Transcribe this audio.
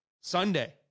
Sunday